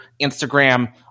Instagram